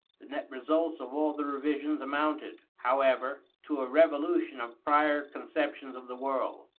the net results of all the revisions amounted, however, to a revolution of prior conceptions of the world.